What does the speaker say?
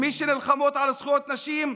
מי שנלחמות על זכויות נשים,